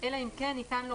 אלא אם כן ניתן לו,